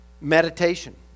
Meditation